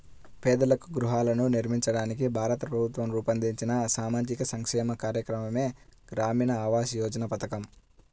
పేదలకు గృహాలను నిర్మించడానికి భారత ప్రభుత్వం రూపొందించిన సామాజిక సంక్షేమ కార్యక్రమమే గ్రామీణ ఆవాస్ యోజన పథకం